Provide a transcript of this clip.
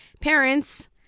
parents